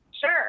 Sure